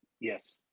yes